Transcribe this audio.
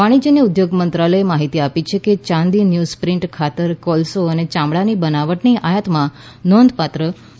વાણિજ્ય અને ઉદ્યોગ મંત્રાલયે માહિતી આપી છે કે યાંદી ન્યૂઝપ્રિન્ટ ખાતર કોલસા અને યામડાની બનાવટની આયાતમાં નોંધપાત્ર ઘટાડો જોવા મબ્યો છે